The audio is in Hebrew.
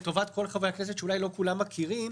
לטובת כל חברי הכנסת שאולי לא כולם מכירים,